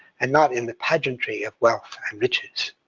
and not in the pageantry of wealth and riches.